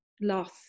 loss